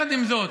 עם זאת,